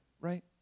right